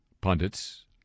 pundits